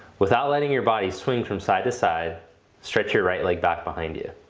without letting your body swing from side to side stretch your right leg back behind you.